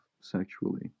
sexually